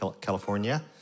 California